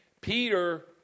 Peter